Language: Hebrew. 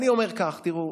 אני אומר כך: תראו,